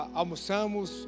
almoçamos